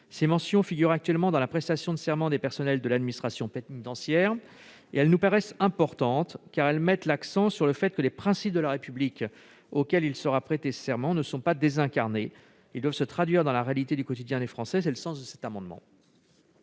qui figure actuellement dans la prestation de serment du personnel de l'administration pénitentiaire, nous paraît importante, car elle met l'accent sur le fait que les principes de la République, auxquels il sera prêté serment, ne sont pas désincarnés ; ils doivent se traduire dans la réalité du quotidien des Français. Tel est le sens de cet amendement.